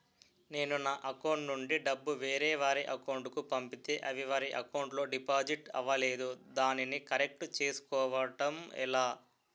నేను నా అకౌంట్ నుండి డబ్బు వేరే వారి అకౌంట్ కు పంపితే అవి వారి అకౌంట్ లొ డిపాజిట్ అవలేదు దానిని కరెక్ట్ చేసుకోవడం ఎలా?